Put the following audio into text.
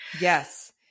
Yes